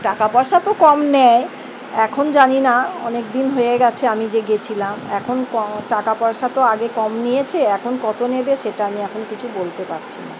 টাকা পয়সা তো কম নেয় এখন জানি না অনেক দিন হয়ে গিয়েছে আমি যে গিয়েছিলাম এখন টাকা পয়সা তো আগে কম নিয়েছে এখন কত নেবে সেটা আমি এখন কিছু বলতে পারছি না